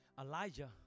Elijah